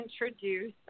introduce